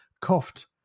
coughed